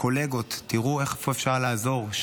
קולגות, תראו איפה אפשר לעזור.